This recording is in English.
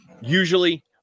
usually